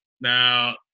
Now